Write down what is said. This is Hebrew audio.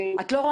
הן כן יוכלו